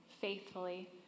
faithfully